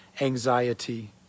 anxiety